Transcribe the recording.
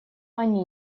они